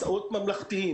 מסעות ממלכתיים.